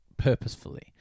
purposefully